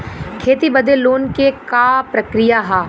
खेती बदे लोन के का प्रक्रिया ह?